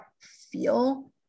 feel